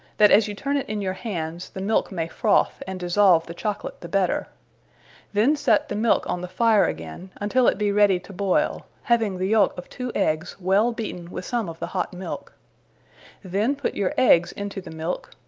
that as you turne it in your hands, the milke may froth and dissolve the chocolate the better then set the milke on the fire againe, untill it be ready to boyle having the yelke of two eggs well beaten with some of the hot milke then put your eggs into the milke,